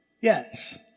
Yes